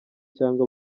cyangwa